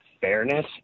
fairness